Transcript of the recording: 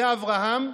זה אברהם,